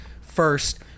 first